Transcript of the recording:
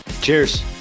cheers